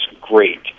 great